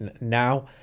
now